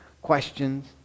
questions